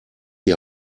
die